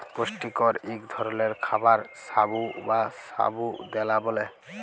পুষ্টিকর ইক ধরলের খাবার সাগু বা সাবু দালা ব্যালে